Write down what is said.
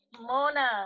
mona